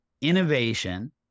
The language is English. innovation